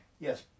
Yes